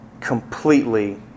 completely